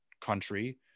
country